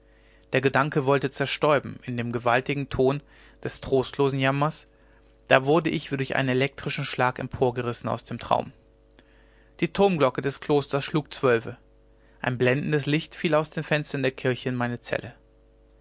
der gedanke wollte zerstäuben in dem gewaltigen ton des trostlosen jammers da wurde ich wie durch einen elektrischen schlag emporgerissen aus dem traum die turmglocke des klosters schlug zwölfe ein blendendes licht fiel aus den fenstern der kirche in meine zelle